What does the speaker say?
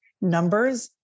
numbers